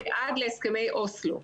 ועד להסכמי אוסלו.